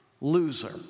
loser